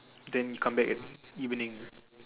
then he come back at evening